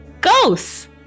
Ghosts